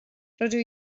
rydw